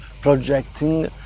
projecting